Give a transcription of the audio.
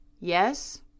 yes